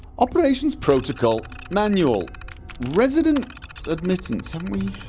operations protocol manual resident admittance haven't we